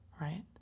right